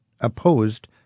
opposed